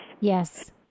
Yes